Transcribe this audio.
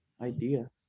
idea